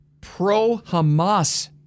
pro-Hamas